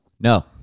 No